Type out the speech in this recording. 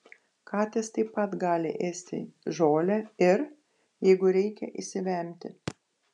katės taip pat gali ėsti žolę ir jeigu reikia išsivemti